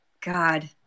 God